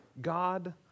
God